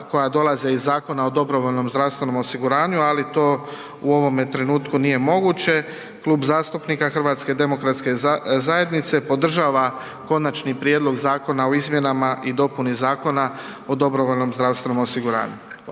koja dolaze iz Zakona o dobrovoljnom zdravstvenom osiguranju, ali to u ovome trenutku nije moguće. Klub zastupnika HDZ-a podržava Konačni prijedlog zakona o izmjenama i dopuni Zakona o dobrovoljnom zdravstvenom osiguranju.